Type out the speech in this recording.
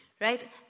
right